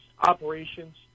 operations